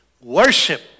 worship